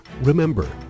Remember